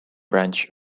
branch